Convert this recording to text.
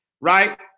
right